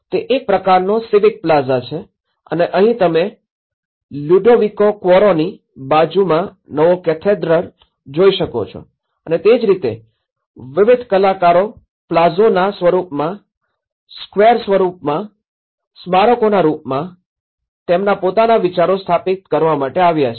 તે એક પ્રકારનો સિવિક પ્લાઝા છે અને અહીં તમે લુડોવિકો ક્વોરોની બાજુમાં નવો કેથેડ્રલ જોઈ શકો છો અને તે જ રીતે વિવિધ કલાકારો પ્લાઝોના સ્વરૂપમાં સ્ક્વેર સ્વરૂપમાં સ્મારકોના રૂપમાં તેમના પોતાના વિચારો સ્થાપિત કરવા માટે આવ્યા છે